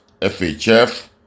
FHF